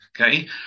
okay